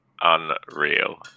Unreal